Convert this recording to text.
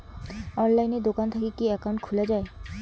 অনলাইনে দোকান থাকি কি একাউন্ট খুলা যায়?